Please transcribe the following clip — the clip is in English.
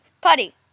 Putty